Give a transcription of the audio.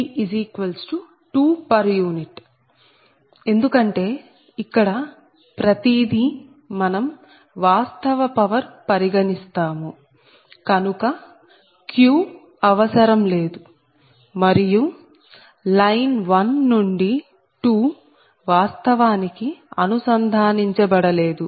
u ఎందుకంటే ఇక్కడ ప్రతి దీ మనం వాస్తవ పవర్ పరిగణిస్తాము కనుక Q అవసరం లేదు మరియు లైన్ 1 నుండి 2 వాస్తవానికి అనుసంధానించబడలేదు